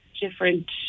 different